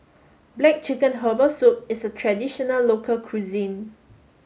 black chicken herbal soup is a traditional local cuisine